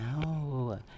no